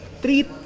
treat